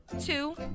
two